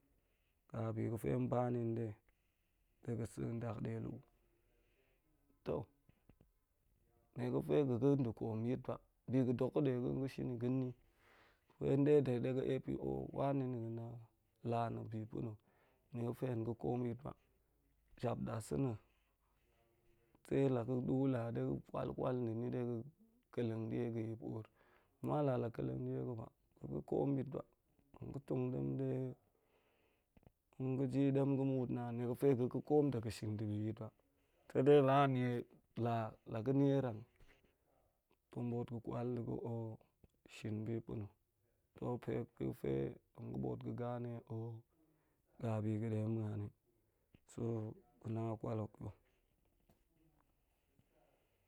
Ga bi ga̱ fe hen banni nɗe, de ga̱n nsa̱n ndakdielu'u, nɗe to nie ga̱ fe ga̱ ga̱n nda̱ koom yit ba, bi ga̱ dok ga̱ de ga̱ tong ga̱shin i tong ga̱ bot yit ba, pue nde de ga̱ de ga̱ epi wani na̱ a la na̱ bi pa̱ na̱ hen ga̱ koom yit ba. Jap dasa̱na sai la ga̱ ɗu lat ɗe ga̱ kwal kwal nda̱ ni de ga̱ keleng diega̱i ba amma la la̱ keren diega̱ ba tong ga̱ koom yit ba. Nga̱ tong ɗem ɗe nga̱ jii dem ga̱ muut naan, nie ga̱ fe ga̱ ga̱ koom zakyit ɗe ga̱n shin da̱ bi zak yit ba. Sai dai la̱ a nnie laa la̱ ga̱ nierang, tong kwa ga̱fe nji kaleng, shin bi pa̱ na̱ niega̱fe nga̱ ɓot ga̱ gane ga biga̱den muani so ga̱ na a kwal hot ta̱